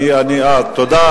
תודה,